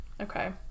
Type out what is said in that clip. Okay